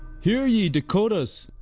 here ye, dakotas.